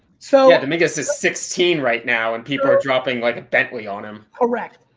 so yeah. dominguez is sixteen right now and people are dropping like a bentley on him. correct.